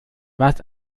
warst